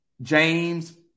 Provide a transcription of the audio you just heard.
James